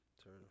Turn